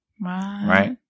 Right